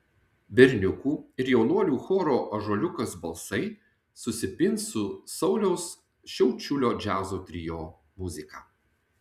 berniukų ir jaunuolių choro ąžuoliukas balsai susipins su sauliaus šiaučiulio džiazo trio muzika